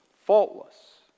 Faultless